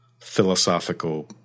philosophical